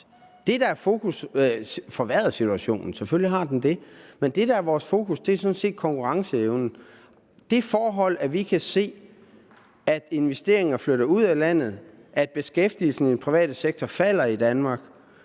Krisen har forværret situationen – selvfølgelig har den det. Men det, der er vores fokus, er sådan set konkurrenceevnen. Det, at vi kan se, at investeringer flytter ud af landet, og at beskæftigelsen i den private sektor falder i Danmark,